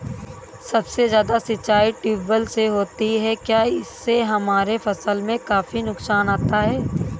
सबसे ज्यादा सिंचाई ट्यूबवेल से होती है क्या इससे हमारे फसल में काफी नुकसान आता है?